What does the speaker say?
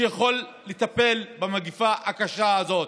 שיכול לטפל במגפה הקשה הזאת.